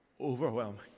overwhelming